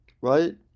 right